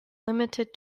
limited